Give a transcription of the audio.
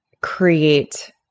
create